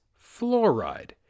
fluoride